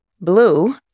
Blue